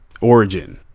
origin